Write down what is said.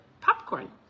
popcorn